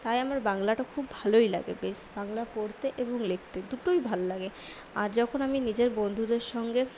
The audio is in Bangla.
তাই আমার বাংলাটা খুব ভালোই লাগে বেশ বাংলা পড়তে এবং লিখতে দুটোই ভাল লাগে আর যখন আমি নিজের বন্ধুদের সঙ্গে